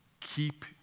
Keep